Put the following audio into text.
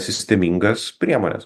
sistemingas priemones